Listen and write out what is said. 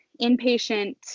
inpatient